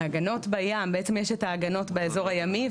בעצם יש את ההגנות באזור הימי,